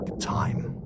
time